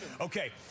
Okay